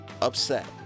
upset